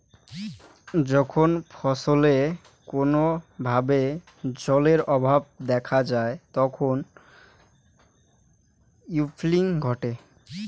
যখন ফছলে কোনো ভাবে জলের অভাব দেখা যায় তখন উইল্টিং ঘটে